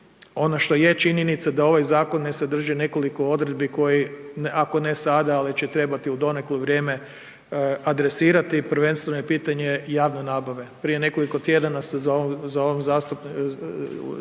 ono što je činjenica da ovaj zakon ne sadrži nekoliko odredbi koje, ako ne sada ali će trebati u doneklo vrijeme adresirati, prvenstveno je pitanje javne nabave. Prije nekoliko tjedana sam pred zastupnicima